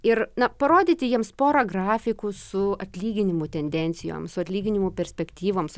ir na parodyti jiems porą grafikų su atlyginimų tendencijoms su atlyginimų perspektyvoms